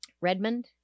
Redmond